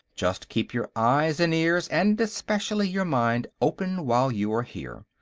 just keep your eyes and ears and, especially, your mind, open while you are here.